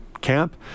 camp